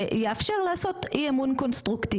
שיאפשר לעשות אי אמון קונסטרוקטיבי.